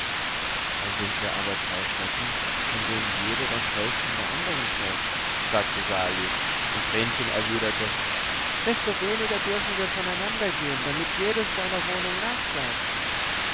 dann sind wir aber zwei schnecken von denen jede das häuschen der andern trägt sagte sali und vrenchen erwiderte desto weniger dürfen wir voneinander gehen damit jedes seiner wohnung